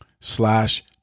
slash